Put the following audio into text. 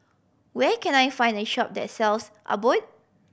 where can I find a shop that sells Abbott